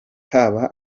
haba